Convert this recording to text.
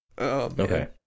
Okay